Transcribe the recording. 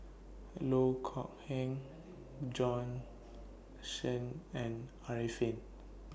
Loh Kok Heng Bjorn Shen and Arifin